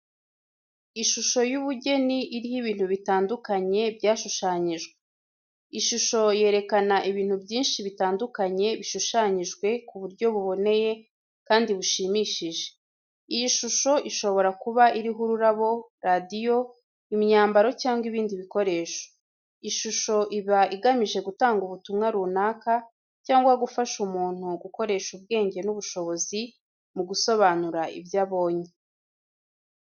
Ishusho y'ubugeni iriho ibintu bitandukanye byashushanyijwe. Ishusho yerekana ibintu byinshi bitandukanye bishushanyijwe ku buryo buboneye kandi bushimishije. Iyi shusho ishobora kuba iriho ururabo, radiyo, imyambaro cyangwa ibindi bikoresho. Ishusho iba igamije gutanga ubutumwa runaka, cyangwa gufasha umuntu gukoresha ubwenge n'ubushobozi mu gusobanura ibyo abonye.